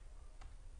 בבקשה.